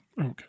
Okay